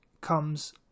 comes